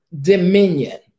dominion